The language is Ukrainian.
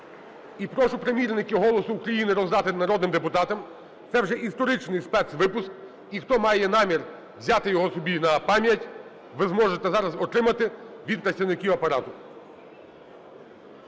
І прошу примірники "Голосу України" роздати народним депутатам. Це вже історичний спецвипуск. І хто має намір взяти його собі на пам'ять, ви зможете зараз отримати від працівників Апарату.